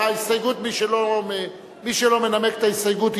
מי שלא מנמק את ההסתייגות,